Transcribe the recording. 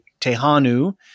Tehanu